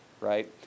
right